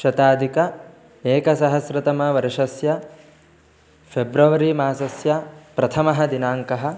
शतादिक एकसहस्रतमवर्षस्य फ़ेब्रवरीमासस्य प्रथमः दिनाङ्कः